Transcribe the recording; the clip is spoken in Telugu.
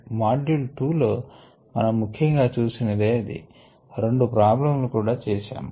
మాడ్యూల్ 2 లో మనము ముఖ్యం గా చూసినది అది రెండు ప్రాబ్లమ్ లు కూడా చేశాము